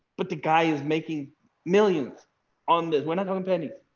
but the guy is making millions on this. we're not going pennies.